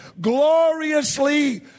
gloriously